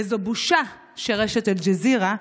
וזו בושה שרשת אל-ג'זירה,